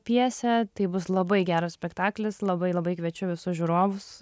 pjesę tai bus labai geras spektaklis labai labai kviečiu visus žiūrovus